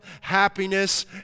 happiness